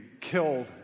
killed